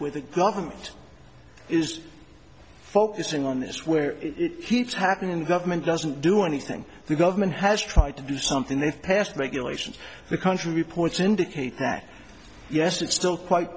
where the government is focusing on this where it keeps happening in government doesn't do anything the government has tried to do something they've passed regulations the country reports indicate that yes it's still quite